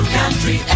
country